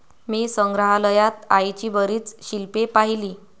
मी संग्रहालयात आईची बरीच शिल्पे पाहिली